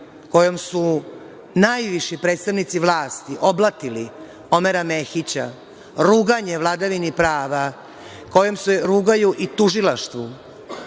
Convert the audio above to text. kojim su najviši predstavnici vlasti oblatili Omera Mehića, ruganje vladavini prava, kojim se rugaju i tužilaštvu,